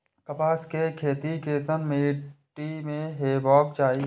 कपास के खेती केसन मीट्टी में हेबाक चाही?